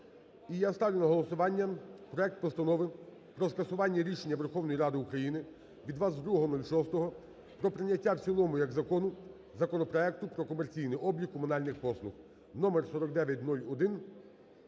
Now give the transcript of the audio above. я ставлю на голосування проект Постанови про скасування рішення Верховної Ради України від 22.06 про прийняття в цілому як закону законопроекту про комерційний облік комунальний послуг.